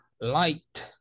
Light